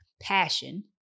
passion